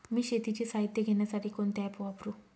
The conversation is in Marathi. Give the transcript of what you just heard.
मी शेतीचे साहित्य घेण्यासाठी कोणते ॲप वापरु?